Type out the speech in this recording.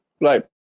Right